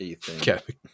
Kevin